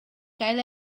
gael